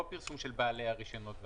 לא על פרסום של בעלי הרישיונות והסוכנים.